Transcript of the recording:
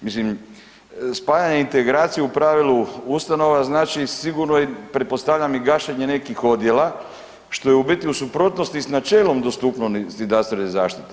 Mislim, spajanje integracije u pravilu ustanova znači sigurno i pretpostavljam i gašenje nekih odjela, što je u biti u suprotnosti s načelom dostupnosti zdravstvene zaštite.